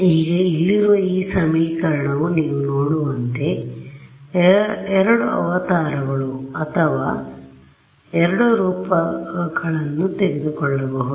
ಈಗ ಇಲ್ಲಿರುವ ಈ ಸಮೀಕರಣವು ನೀವು ನೋಡುವಂತೆ ಎರಡು ಅವತಾರಗಳು ಅಥವಾ ಎರಡು ರೂಪಗಳನ್ನು ತೆಗೆದುಕೊಳ್ಳಬಹುದು